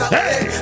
Hey